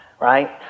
Right